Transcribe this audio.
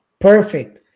perfect